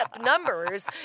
numbers